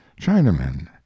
Chinamen